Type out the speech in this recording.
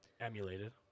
Emulated